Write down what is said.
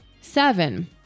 Seven